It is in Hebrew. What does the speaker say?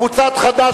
לכן,